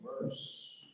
verse